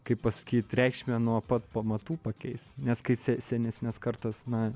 kaip pasakyt reikšmę nuo pat pamatų pakeis nes kai se senesnės kartos na